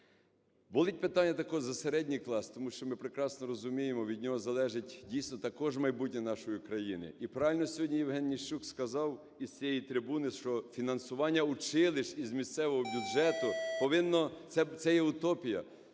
Болить питання також за середній клас, тому що ми прекрасно розуміємо, від нього залежить дійсно також майбутнє нашої країни. І правильно сьогодні ЄвгенНищук сказав з цієї трибуни, що фінансування училищ із місцевого бюджету повинно, це є утопія,